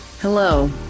Hello